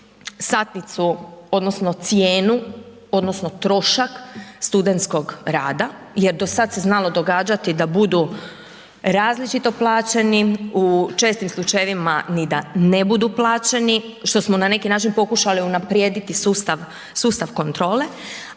satnicu odnosno cijenu odnosno trošak studentskog rada jer do sad se znalo događati da budu različito plaćeni, u čestim slučajevima ni da ne budu plaćeni, što smo na neki način pokušali unaprijediti sustav, sustav kontrole,